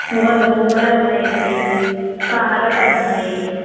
ఇంకా బొమ్మిడైలు ఉన్నాయండి కానకడతలు ఉన్నాయి